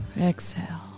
exhale